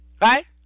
right